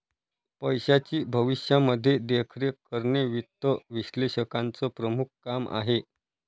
पैशाची भविष्यामध्ये देखरेख करणे वित्त विश्लेषकाचं प्रमुख काम आहे